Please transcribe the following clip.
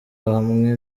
hamwe